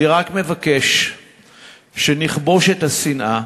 אני רק מבקש שנכבוש את השנאה,